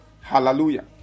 hallelujah